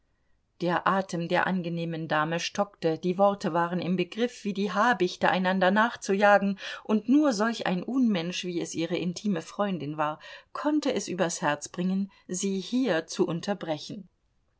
der atem der angenehmen dame stockte die worte waren im begriff wie die habichte einander nachzujagen und nur solch ein unmensch wie es ihre intime freundin war konnte es übers herz bringen sie hier zu unterbrechen